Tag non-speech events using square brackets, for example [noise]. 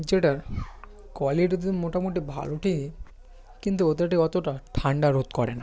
যেটার কোয়ালিটিতে মোটামুটি [unintelligible] কিন্তু ওটাতে অতটা ঠান্ডা রোধ করে না